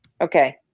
okay